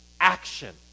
action